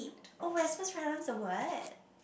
Pete oh we are supposed to write down the word